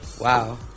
Wow